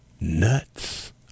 nuts